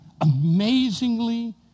amazingly